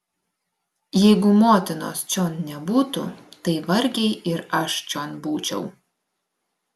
jeigu motinos čion nebūtų tai vargiai ir aš čion būčiau